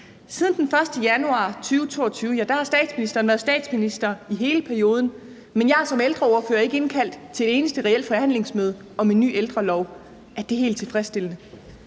Siden den 1. januar 2022 har statsministeren været statsminister i hele perioden, men jeg har som ældreordfører ikke været indkaldt til et eneste reelt forhandlingsmøde om en ny ældrelov. Er det helt tilfredsstillende?